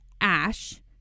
Ash